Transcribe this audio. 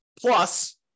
Plus